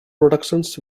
productions